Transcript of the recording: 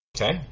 Okay